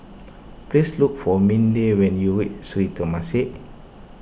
please look for Minda when you reach Sri Temasek